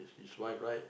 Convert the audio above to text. it's why right